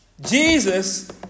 Jesus